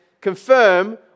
confirm